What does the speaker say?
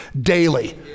daily